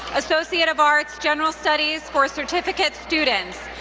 associate of arts, general studies for certificate students,